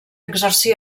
exercí